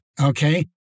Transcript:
Okay